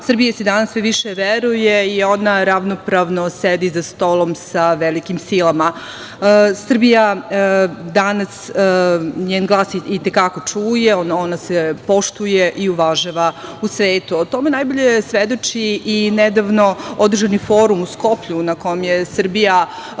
Srbiji se danas sve više veruje i ona ravnopravno sedi sa stolom sa velikim silama. Njen glas se danas i te kako čuje, ona se poštuje i uvažava u svetu.O tome najbolje svedoči i nedavno održani forum u Skoplju na kojem je Srbija